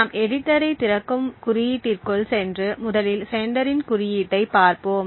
நாம் எடிட்டரைத் திறக்கும் குறியீட்டிற்குள் சென்று முதலில் செண்டரின் குறியீட்டைப் பார்ப்போம்